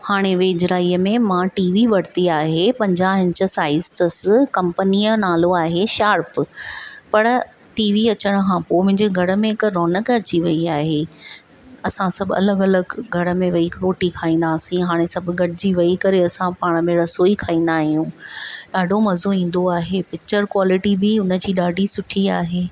हाणे वेझराईअ में मां टी वी वरिती आजे पंजाहु इंच साईज़ अथसि कंपनीअ जो नालो आहे शार्प पर टी वी अचण खां पोइ मुंहिंजे घर में हिक रौनक अची वई आहे असां सभु अलगि अलगि घर में वेही रोटी खाईंदा हुआसीं हाणे सभु गॾुजी वेही करे असां पाण में रसोई खाईंदा आहियूं ॾाढो मज़ो ईंदो आहे पिक्चर क़्वालिटी बि उन जी ॾाढी सुठी आहे